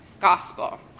gospel